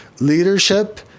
leadership